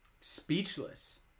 Speechless